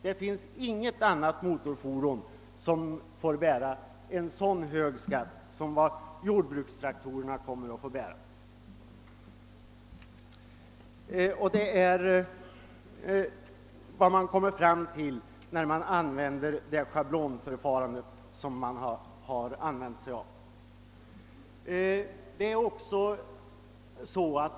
Det finns inget annat motorfordon som får bära en så hög skatt som jordbrukstraktorerna kommer att få bära enligt det schablonförfarande som föreslås.